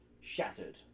Shattered